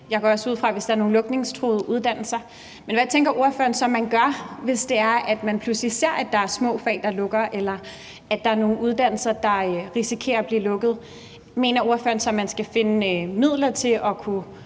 jeg også ud fra, hvis der er nogle lukningstruede uddannelser. Men hvad tænker ordføreren så man gør, hvis man pludselig ser, at der er små fag, der lukker, eller at der er nogle uddannelser, der risikerer at blive lukket? Mener ordføreren så, at man skal finde midler til at kunne